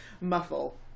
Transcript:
muffle